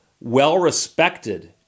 well-respected